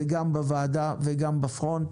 גם בוועדה וגם בפרונט.